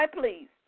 please